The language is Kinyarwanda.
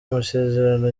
amasezerano